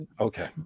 Okay